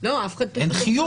הקורונה.